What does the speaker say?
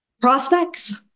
prospects